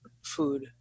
food